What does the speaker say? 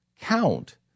count